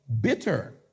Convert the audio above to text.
bitter